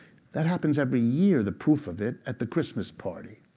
that happens every year, the proof of it, at the christmas party.